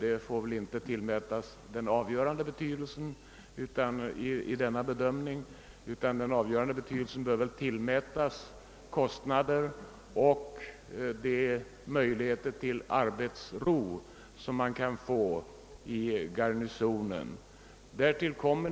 Detta får väl inte tillmätas någon avgörande betydelse vid bedömningen, utan den avgörande betydelsen bör tillmätas de lägre kostnaderna i kvarteret Garnisonen och de bättre möjligheterna till arbetsro som detta alternativ medför.